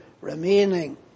remaining